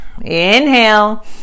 inhale